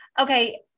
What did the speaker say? Okay